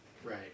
right